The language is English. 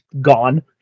gone